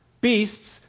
Beasts